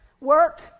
work